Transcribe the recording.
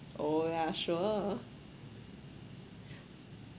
oh yeah sure